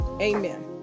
amen